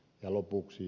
ja lopuksi